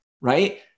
right